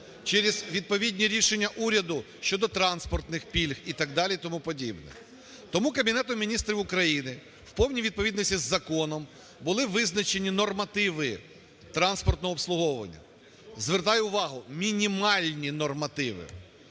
через відповідні рішення уряду щодо транспортних пільг і так далі, і тому подібне. Тому Кабінетом Міністрів України в повній відповідності з законом були визначені нормативи транспортного обслуговування. Звертаю увагу, мінімальні нормативи.